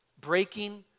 breaking